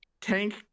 Tank